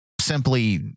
simply